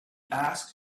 asked